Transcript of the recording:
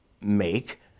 make